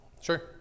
Sure